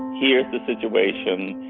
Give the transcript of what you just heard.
here's the situation.